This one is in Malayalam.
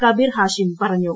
കബീർ ഹാഷിം പറഞ്ഞു